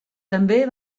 també